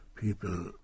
people